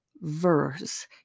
verse